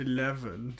Eleven